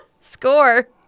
score